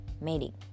mating